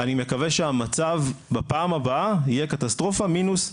אני מקווה שהמצב בפעם הבאה יהיה קטסטרופה מינוס מינוס.